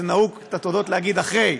נהוג את התודות להגיד אחרי,